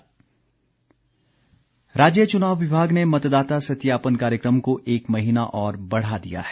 मतदाता सत्यापन राज्य चुनाव विभाग ने मतदाता सत्यापन कार्यक्रम को एक महीना और बढ़ा दिया है